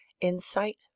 insight